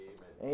Amen